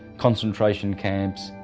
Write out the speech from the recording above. concentration camps,